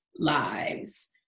lives